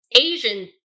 Asian